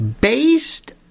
based